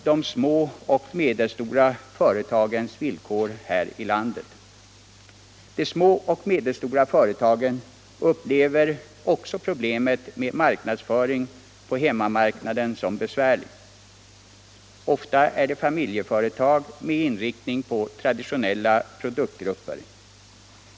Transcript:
De små och medelstora företagen här i landet upplever också problemet med marknadsföring på hemmamarknaden som besvärligt. Ofta är det familjeföretag med inriktning på traditionella produktgrupper.